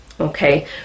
okay